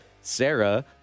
Sarah